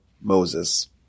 Moses